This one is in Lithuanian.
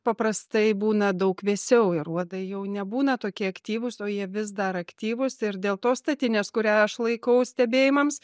paprastai būna daug vėsiau ir uodai jau nebūna tokie aktyvūs o jie vis dar aktyvūs ir dėl to statinės kurią aš laikau stebėjimams